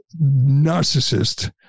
narcissist